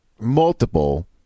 multiple